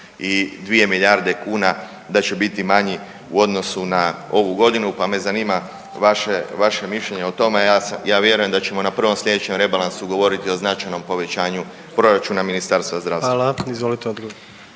o 22 milijarde kuna da će biti manji u odnosu na ovu godinu pa me zanima vaše vaše mišljenje o tome. Ja vjerujem da ćemo na prvom slijedećem Rebalansu govoriti o značajnom povećanju Proračuna Ministarstva zdravstva.